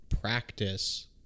practice